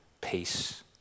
Peace